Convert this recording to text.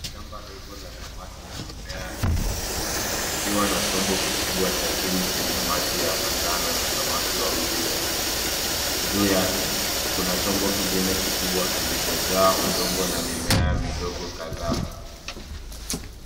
Shamba ndogo la samaki na mimea limeundwa. Likiwa na chombo kikubwa cha chini chenye maji ya manjano na samaki wawili weusi. Juu yake, kuna chombo kingine kikubwa kilichojaa udongo na mimea midogo kadhaa.